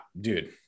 dude